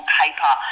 paper